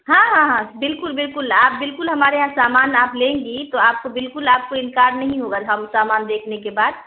ہاں ہاں ہاں بالکل بالکل آپ بالکل ہمارے یہاں سامان آپ لیں گی تو آپ کو بالکل آپ کو انکار نہیں ہوگا ہم سامان دیکھنے کے بعد